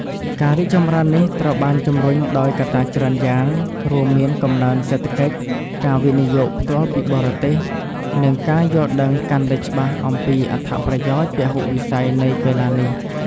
ការរីកចម្រើននេះត្រូវបានជំរុញដោយកត្តាច្រើនយ៉ាង រួមមានកំណើនសេដ្ឋកិច្ច ការវិនិយោគផ្ទាល់ពីបរទេស និងការយល់ដឹងកាន់តែច្បាស់អំពីអត្ថប្រយោជន៍ពហុវិស័យនៃកីឡានេះ។